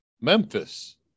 Memphis